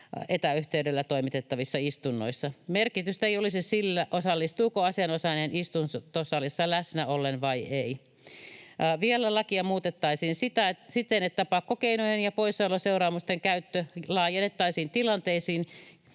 etäyhteydellä toimitettavissa istunnoissa. Merkitystä ei olisi sillä, osallistuuko asianosainen istuntosalissa läsnä ollen vai ei. Vielä lakia muutettaisiin siten, että pakkokeinojen ja poissaoloseuraamusten käyttö laajennettaisiin tilanteisiin,